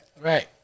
Right